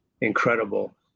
incredible